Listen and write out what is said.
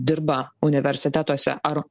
dirba universitetuose ar